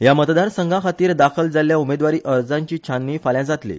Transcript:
ह्या मतदार संघाखातीर दाखल जाल्ल्या उमेदवारी अर्जांची छाननी फाल्यां जातली